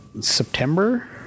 September